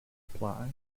apply